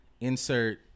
Insert